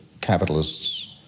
capitalists